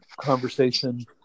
conversation